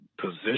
position